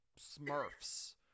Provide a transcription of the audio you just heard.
Smurfs